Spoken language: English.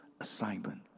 assignment